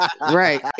right